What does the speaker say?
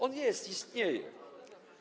On jest, istnieje.